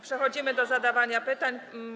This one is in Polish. Przechodzimy do zadawania pytań.